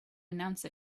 announce